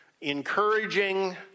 encouraging